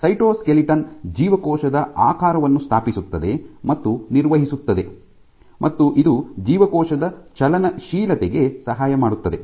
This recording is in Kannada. ಸೈಟೋಸ್ಕೆಲಿಟನ್ ಜೀವಕೋಶದ ಆಕಾರವನ್ನು ಸ್ಥಾಪಿಸುತ್ತದೆ ಮತ್ತು ನಿರ್ವಹಿಸುತ್ತದೆ ಮತ್ತು ಇದು ಜೀವಕೋಶದ ಚಲನಶೀಲತೆಗೆ ಸಹಾಯ ಮಾಡುತ್ತದೆ